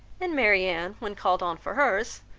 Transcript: and marianne, when called on for hers,